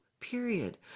period